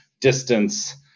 distance